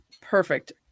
perfect